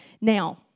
Now